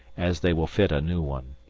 as they will fit a new one.